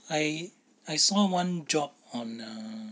I I saw one job on err